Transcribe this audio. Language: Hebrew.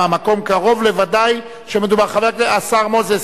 סיעוד) עברה בקריאה טרומית.